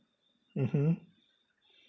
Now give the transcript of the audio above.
mmhmm